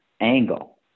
angle